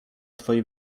twoje